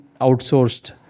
outsourced